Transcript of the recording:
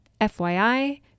FYI